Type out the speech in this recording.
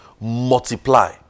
multiply